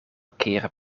keren